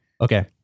okay